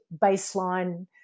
baseline